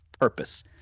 purpose